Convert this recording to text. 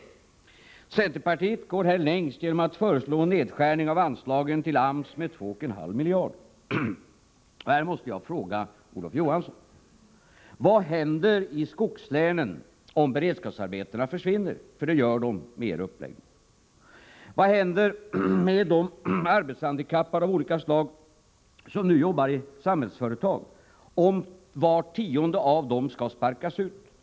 Centerpartiet går här längst genom att föreslå en nedskärning av anslagen till AMS med 2,5 miljarder. Här måste jag fråga Olof Johansson: Vad händer i skogslänen om beredskapsarbetena försvinner, för det gör de med er uppläggning? Vad händer med de arbetshandikappade av olika slag som nu jobbar i Samhällsföretag, om var tionde av dem skall sparkas ut?